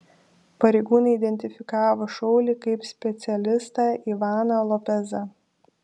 pareigūnai identifikavo šaulį kaip specialistą ivaną lopezą